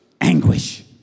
Anguish